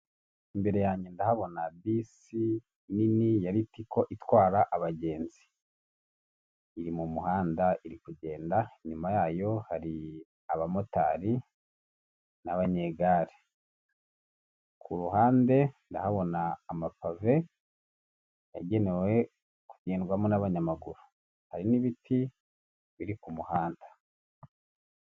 Imbere yanjye ndahabona bisi nini ya ritco itwara abagenzi iri mu muhanda iri kugenda nyuma yayo hari abamotari n'abanyegare ku ruhande ndahabona amapave yagenewe kugendwamo n'abanyamaguru hari n'ibiti biri ku muhanda .